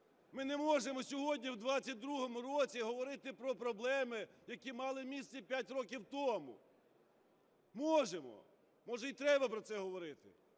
Ми не можемо сьогодні в 22-му році говорити про проблеми, які мали місце п'ять років тому? Можемо, може, й треба про це говорити.